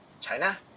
China